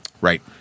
right